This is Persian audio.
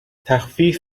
تخفیف